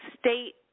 state